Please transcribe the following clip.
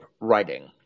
writing